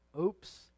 Oops